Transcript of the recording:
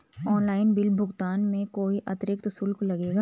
Online bill भुगतान में कोई अतिरिक्त शुल्क लगेगा?